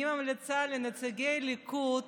אני ממליצה לנציגי הליכוד